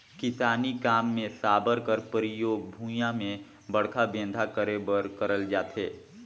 किसानी काम मे साबर कर परियोग भुईया मे बड़खा बेंधा करे बर करल जाथे